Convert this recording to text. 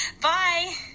Bye